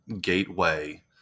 gateway